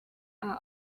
are